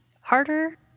harder